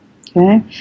Okay